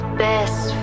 best